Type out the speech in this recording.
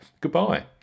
Goodbye